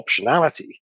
optionality